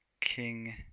King